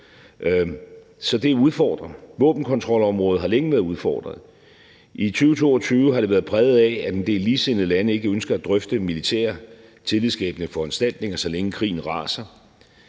Så det er udfordrende. Våbenkontrolområdet har længe været udfordret. I 2022 har det været præget af, at en del ligesindede lande ikke ønsker at drøfte militære tillidsskabende foranstaltninger, så længe krigen raser.